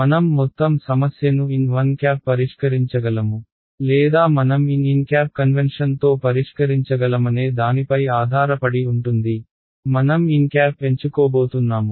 మనం మొత్తం సమస్యను n1 పరిష్కరించగలము లేదా మనం nn కన్వెన్షన్తో పరిష్కరించగలమనే దానిపై ఆధారపడి ఉంటుంది మనం n ఎంచుకోబోతున్నాము